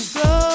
go